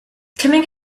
coming